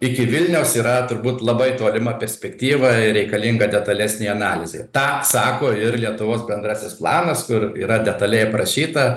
iki vilniaus yra turbūt labai tolima perspektyva ir reikalinga detalesnė analizė tą sako ir lietuvos bendrasis planas kur yra detaliai aprašyta